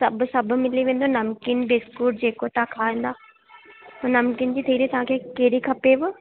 सभु सभु मिली वेंदो नमकीन बिस्कुट जेको तव्हां खाईंदा हो नमकीन जी थैली तव्हांखे कहिड़ी खपेव